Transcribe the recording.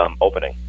opening